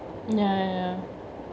ya ya ya